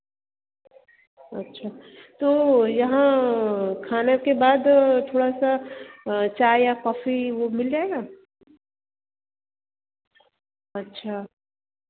अच्छा तो यहाँ खाना के बाद थोड़ा सा चाय या कॉफी वह मिल जाएगा अच्छा